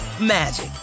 magic